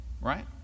Right